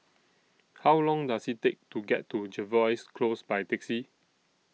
How Long Does IT Take to get to Jervois Close By Taxi